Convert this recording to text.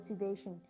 motivation